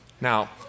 Now